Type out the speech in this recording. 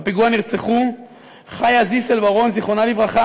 בפיגוע נרצחו חיה זיסל בראון,